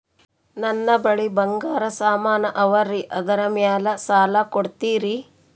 ನನ್ನ ಬಳಿ ಬಂಗಾರ ಸಾಮಾನ ಅವರಿ ಅದರ ಮ್ಯಾಲ ಸಾಲ ಕೊಡ್ತೀರಿ?